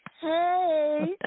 Hey